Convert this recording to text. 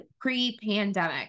pre-pandemic